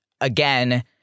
again